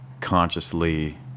consciously